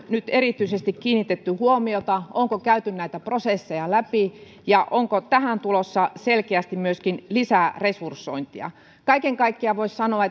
nyt erityisesti kiinnitetty huomiota onko käyty näitä prosesseja läpi ja onko tähän tulossa selkeästi myöskin lisää resursointia kaiken kaikkiaan voisi sanoa